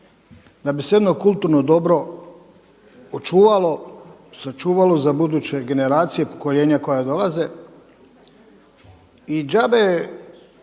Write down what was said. da bi se jedno kulturno dobro očuvalo, sačuvalo za buduće generacije, pokoljenja koja dolaze.